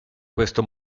questo